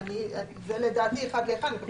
לדעתי זה אחד לאחד.